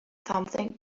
something